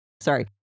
sorry